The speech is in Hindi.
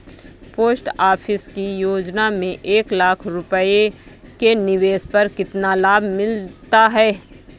पोस्ट ऑफिस की योजना में एक लाख रूपए के निवेश पर कितना लाभ मिलता है?